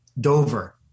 Dover